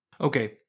Okay